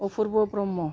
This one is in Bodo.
अफुर्ब ब्रह्म